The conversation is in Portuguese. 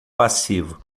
passivo